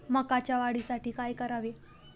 मकाच्या वाढीसाठी काय करावे?